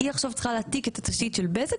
היא צריכה להעתיק את התשתית של בזק,